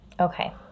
Okay